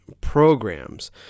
programs